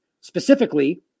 specifically